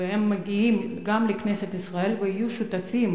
והם מגיעים גם לכנסת ישראל ויהיו שותפים